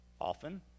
often